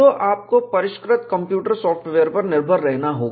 तो आपको परिष्कृत कंप्यूटर सॉफ्टवेयर पर निर्भर रहना होगा